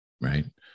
right